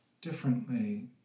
differently